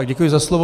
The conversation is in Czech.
Děkuji za slovo.